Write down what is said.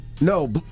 No